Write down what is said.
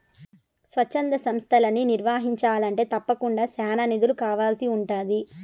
స్వచ్ఛంద సంస్తలని నిర్వహించాలంటే తప్పకుండా చానా నిధులు కావాల్సి ఉంటాది